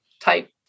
type